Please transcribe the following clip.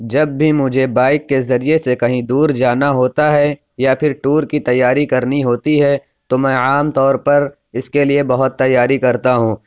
جب بھی مجھے بائیک کے ذریعے سے کہیں دور جانا ہوتا ہے یا پھر ٹور کی تیاری کرنی ہوتی ہے تو میں عام طور پر اس کے لیے بہت تیاری کرتا ہوں